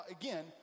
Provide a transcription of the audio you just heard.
again